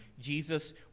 jesus